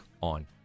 on